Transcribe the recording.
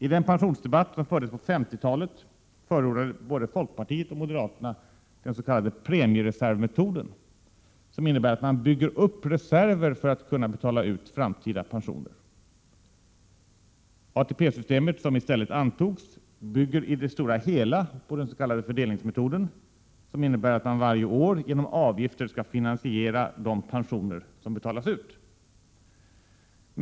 I den pensionsdebatt som fördes på 50-talet förordade både folkpartiet och moderaterna den s.k. premiereservmetoden, som innebär att man bygger upp reserver för att kunna betala ut framtida pensioner. ATP-systemet, somi stället antogs, bygger i det stora hela på den s.k. fördelningsmetoden, som innebär att man varje år genom avgifter skall finansiera de pensioner som betalas ut.